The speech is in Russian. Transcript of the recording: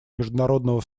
международного